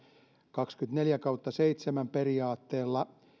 kaksikymmentäneljä kautta seitsemän periaatteella